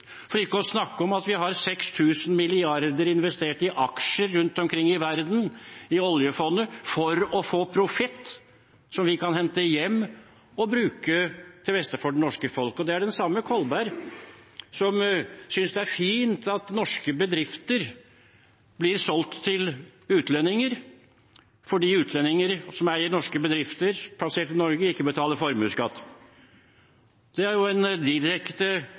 For ikke å snakke om at vi har 6 000 mrd. kr investert i aksjer rundt omkring i verden i oljefondet, for å få profitt som vi kan hente hjem og bruke til beste for det norske folk. Det er den samme Kolberg som synes det er fint at norske bedrifter blir solgt til utlendinger, fordi utlendinger som eier norske bedrifter, plassert i Norge, ikke betaler formuesskatt. Det er jo en direkte